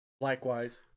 Likewise